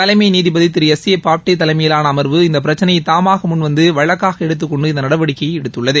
தலைமை நீதிபதி Thiru S A Bobde தலைமையிலான அம்வு இந்த பிரச்சினையை தாமாக முன்வந்து வழக்காக எடுத்துக் கொண்டு இந்த நடவடிக்கையை எடுத்துள்ளது